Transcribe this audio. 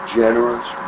generous